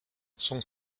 son